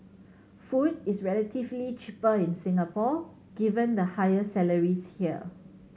food is relatively cheaper in Singapore given the higher salaries here